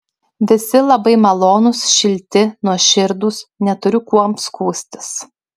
visi labai malonūs šilti nuoširdūs neturiu kuom skųstis